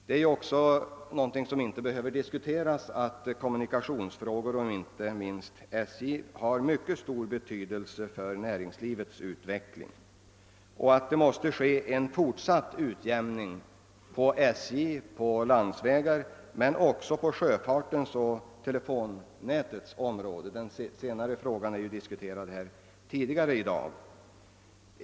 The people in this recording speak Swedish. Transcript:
Det är inte heller någonting som behöver diskuteras att kommunikationsfrågor — och då inte minst SJ:s verksamhet — har mycket stor betydelse för näringslivets utveckling. Det måste ske en fortsatt utjämning av kommunikationskostnaderna inom järnvägsoch landsvägstrafiken men också inom sjöfarten och telefonnätet. Den senare saken har ju diskuterats här tidigare i dag.